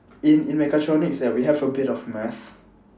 in in mechatronics eh we have a bit of math